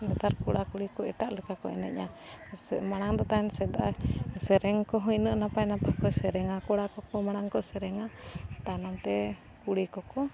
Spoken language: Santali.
ᱱᱮᱛᱟᱨ ᱠᱚᱲᱟᱼᱠᱩᱲᱤ ᱠᱚ ᱮᱴᱟᱜ ᱞᱮᱠᱟ ᱠᱚ ᱮᱱᱮᱡᱟ ᱢᱟᱲᱟᱝ ᱫᱚ ᱛᱟᱦᱮᱱ ᱥᱮᱫᱚᱜ ᱥᱮᱨᱮᱧ ᱠᱚᱦᱚᱸ ᱤᱱᱟᱹᱜ ᱱᱟᱯᱟᱭ ᱱᱟᱯᱟᱭ ᱠᱚ ᱥᱮᱨᱮᱧᱟ ᱠᱚᱲᱟ ᱠᱚᱠᱚ ᱢᱟᱲᱟᱝ ᱠᱚ ᱥᱮᱨᱮᱧᱟ ᱛᱟᱭᱱᱚᱢᱛᱮ ᱠᱩᱲᱤ ᱠᱚᱠᱚ